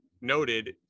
noted